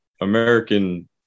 American